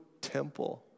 temple